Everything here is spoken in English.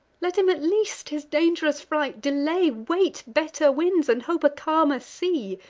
let him at least his dang'rous flight delay, wait better winds, and hope a calmer sea.